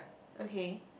okay